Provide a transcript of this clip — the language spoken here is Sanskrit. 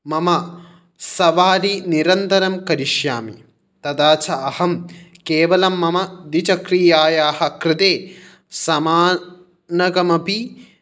मम सवारी निरन्तरं करिष्यामि तथा च अहं केवलं मम द्विचक्रीयायः कृते समानकमपि